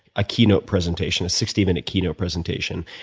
a keynote presentation, a sixty minute keynote presentation.